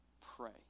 Pray